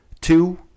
two